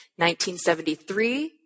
1973